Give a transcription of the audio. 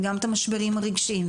וגם את המשברים הרגשיים,